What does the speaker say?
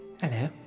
Hello